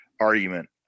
argument